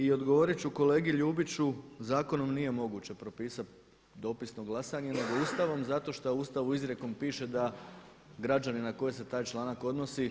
I odgovorit ću kolegi Ljubići zakonom nije moguće propisati dopisno glasanje, nego Ustavnom zato što u Ustavu izrijekom piše da građani na koje se taj članak odnosi…